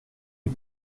est